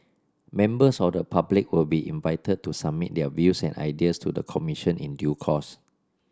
members of the public will be invited to submit their views and ideas to the commission in due course